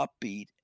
upbeat